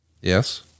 Yes